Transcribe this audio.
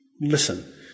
listen